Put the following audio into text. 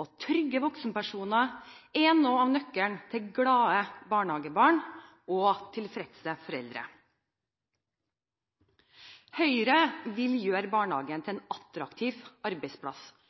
og trygge voksenpersoner er noe av nøkkelen til glade barnehagebarn og tilfredse foreldre. Høyre vil gjøre barnehagen til en attraktiv arbeidsplass